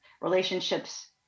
relationships